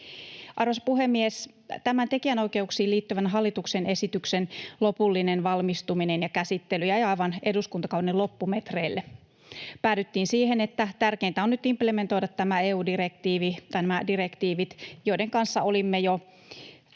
Arvoisa puhemies! Tämän tekijänoikeuksiin liittyvän hallituksen esityksen lopullinen valmistuminen ja käsittely jäivät aivan eduskuntakauden loppumetreille. Päädyttiin siihen, että tärkeintä on nyt implementoida nämä EU-direktiivit, joiden kanssa olimme asian